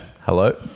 Hello